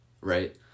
right